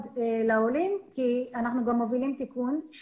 לעולים כי אנחנו גם מובילים תיקון.